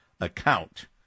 account